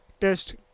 test